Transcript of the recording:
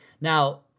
Now